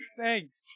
Thanks